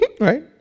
right